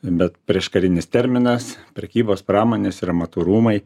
bet prieškarinis terminas prekybos pramonės ir amatų rūmai